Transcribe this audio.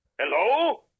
Hello